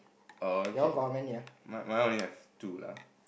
oh okay mine mine only have two lah